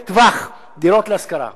דירות להשכרה ארוכת-טווח.